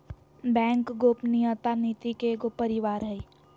bank गोपनीयता नीति के एगो परिवार हइ